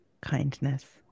kindness